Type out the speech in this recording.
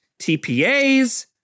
TPAs